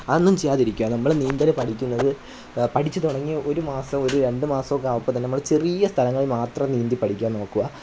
അതൊന്നും ചെയ്യാതിരിക്കുക നമ്മൾ നീന്തൽ പഠിക്കുന്നത് പഠിച്ച് തുടങ്ങി ഒരു മാസം ഒരു രണ്ട് മാസമൊക്കെ ആവുമ്പം തന്നെ നമ്മൾ ചെറിയ സ്ഥലങ്ങളിൽ മാത്രം നീന്തി പഠിക്കാന് നോക്കുക